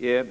senare.